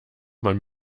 man